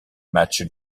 match